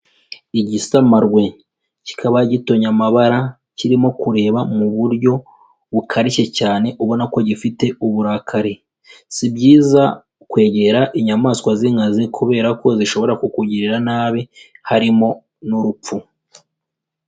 Igisamagwe kikaba gitonye amabara, kirimo kureba mu buryo bukarishye cyane ubona ko gifite uburakari, si byiza kwegera inyamaswa z'inkazi kubera ko zishobora kukugirira nabi harimo n'urupfu.